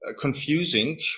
confusing